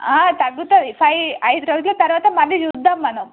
తగ్గుతది ఫైవ్ ఐదు రోజుల తర్వాత మళ్ళీ చూద్దాం మనం